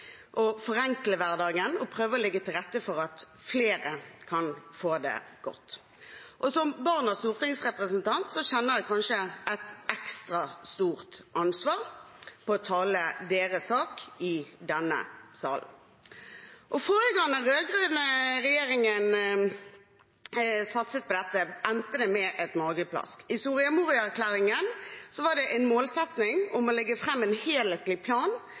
forenkle hverdagen og prøve å legge til rette for at flere kan få det godt. Og som barn av en stortingsrepresentant kjenner jeg kanskje et ekstra stort ansvar for å tale deres sak i denne salen. Forrige gang den rød-grønne regjeringen satset på dette, endte det med et mageplask. I Soria Moria-erklæringen var det en målsetting om å legge fram en helhetlig plan